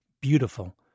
beautiful